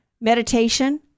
meditation